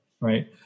right